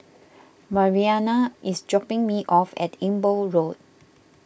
Mariana is dropping me off at Amber Road